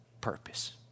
purpose